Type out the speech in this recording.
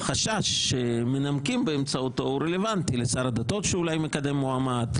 החשש שמנמקים באמצעותו הוא רלוונטי לשר הדתות שאולי מקדם מועמד,